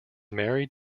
married